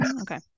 Okay